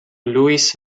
louis